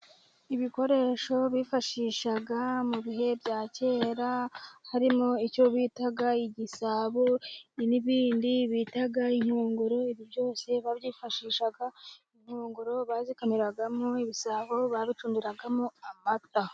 Ibikoresho bifashishaga mu bihe bya kera harimo icyo bitaga igisabo, n'ibindi bitaga inkongoro ibi byose babyifashishaga inkongoro bazikamiragamo, ibisabo bacundiragamo amata.